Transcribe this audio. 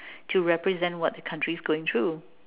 to represent what the country is going through